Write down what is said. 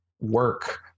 work